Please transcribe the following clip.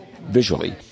visually